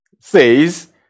says